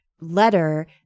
letter